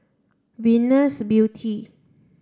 Venus Beauty